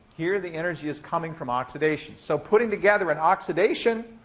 here the energy is coming from oxidation. so putting together an oxidation,